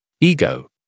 ego